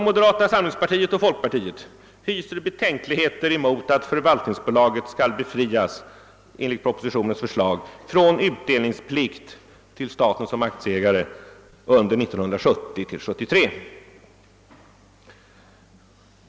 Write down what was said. Moderata samlingspartiet och folkpartiet hyser betänkligheter mot att förvaltningsbolaget enligt propositionens förslag skall befrias från utdelningsplikt under åren 1970—1973.